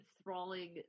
enthralling